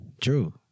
True